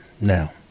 Now